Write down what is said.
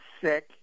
sick